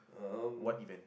um